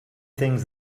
things